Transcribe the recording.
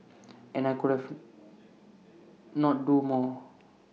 and I could have not do more